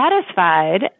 satisfied